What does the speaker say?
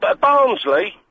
Barnsley